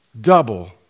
double